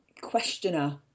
questioner